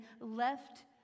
left